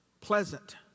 pleasant